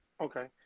Okay